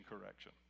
correction